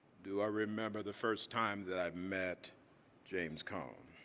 do i remember the first time that i met james cone.